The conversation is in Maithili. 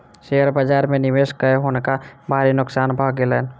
शेयर बाजार में निवेश कय हुनका भारी नोकसान भ गेलैन